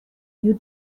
you